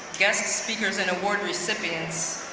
guests speakers and award recipients,